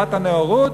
דת הנאורות?